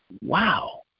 Wow